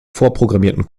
vorprogrammierten